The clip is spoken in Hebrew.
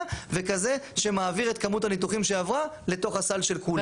וכזה שמעביר את כמות הניתוחים שעברה לתוך הסל של כולם.